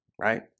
right